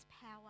power